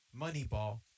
Moneyball